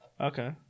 Okay